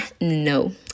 No